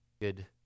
good